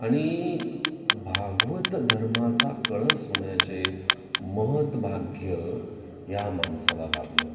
आणि भागवतधर्माचा कळस होण्याचे महत्भाग्य या माणसाला लाभलं